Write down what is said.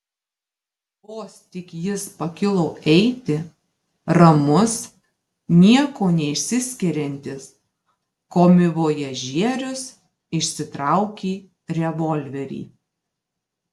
vos tik jis pakilo eiti ramus niekuo neišsiskiriantis komivojažierius išsitraukė revolverį